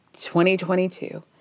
2022